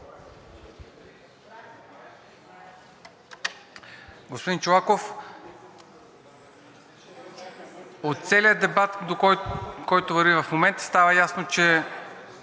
Господин Чолаков, от целия дебат, който върви в момента, става ясно, че